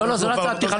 לא זה לא הצהרת פתיחה.